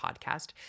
podcast